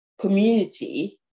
community